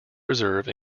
reserve